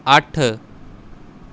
ਅੱਠ